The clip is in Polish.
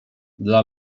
dla